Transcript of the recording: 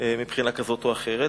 מבחינה זו או אחרת.